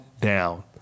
down